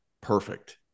perfect